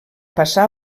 passà